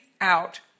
out